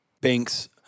bank's